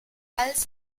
als